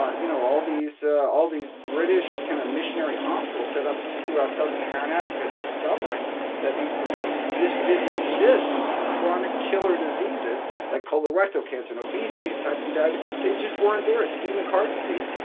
you know, all these all these british kind of missionary hospitals set up throughout sub-saharan africa discovering that these diseases just didn't exist, these chronic killer diseases like colorectal cancer and obesity and type two diabetes, they just weren't there, ischemic heart disease,